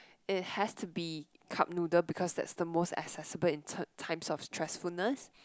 it has to be cup noodle because that is the most accessible in ti~ times of stressfulness